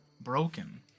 Broken